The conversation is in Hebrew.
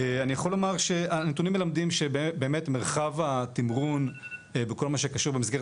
אני יכול לומר שהנתונים מלמדים שבאמת מרחב התמרון בכל מה שקשור במסגרת